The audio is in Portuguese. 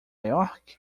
york